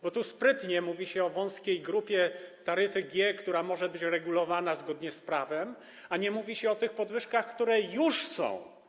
Bo sprytnie mówi się o wąskiej grupie taryfy G, która może być regulowana zgodnie z prawem, a nie mówi się o tych podwyżkach, które już są.